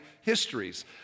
histories